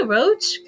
Roach